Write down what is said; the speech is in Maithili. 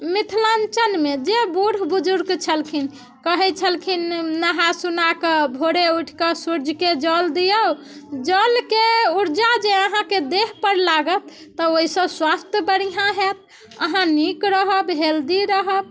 मिथिलाञ्चलमे जे बुढ़ बुजुर्ग छलखिन कहैत छलखिन नहा सुना कऽ भोरे उठि के सूर्यके जल दिऔ जलके ऊर्जा जे अहाँकेँ देह पर लागत तऽ ओहिसँ स्वास्थय बढ़िआँ होयत अहाँ नीक रहब हेल्दी रहब